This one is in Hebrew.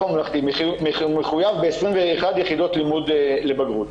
הממלכתי מחויב ב-21 יחידות לימוד לבגרות.